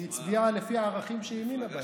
היא הצביעה לפי הערכים שהיא האמינה בהם.